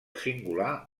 singular